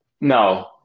No